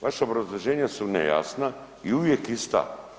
Vaša obrazloženja su nejasna i uvijek ista.